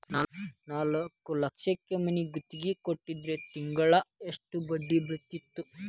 ನಾಲ್ಕ್ ಲಕ್ಷಕ್ ಮನಿ ಗುತ್ತಿಗಿ ಕೊಟ್ಟಿದ್ರ ತಿಂಗ್ಳಾ ಯೆಸ್ಟ್ ಬಡ್ದಿ ಬೇಳ್ತೆತಿ?